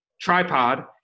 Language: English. tripod